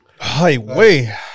Highway